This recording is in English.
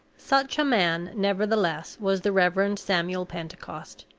such a man, nevertheless, was the reverend samuel pentecost,